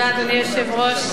אדוני היושב-ראש,